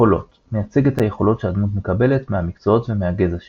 יכולות – מייצג את היכולות שהדמות מקבלת מהמקצועות ומהגזע שלה.